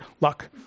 luck